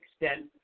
extent